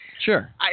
Sure